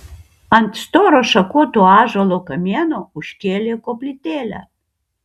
ant storo šakoto ąžuolo kamieno užkėlė koplytėlę